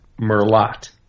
Merlot